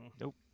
Nope